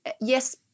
yes